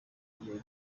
iyo